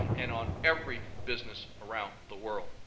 and on every business around the world.